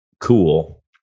cool